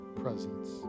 presence